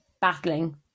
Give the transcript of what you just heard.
battling